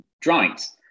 drawings